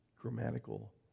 grammatical